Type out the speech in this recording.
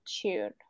tune